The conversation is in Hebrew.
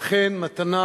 ואכן, מתנה